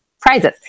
prizes